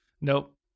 Nope